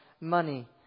money